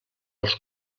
els